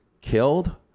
killed